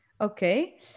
okay